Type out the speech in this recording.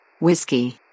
whiskey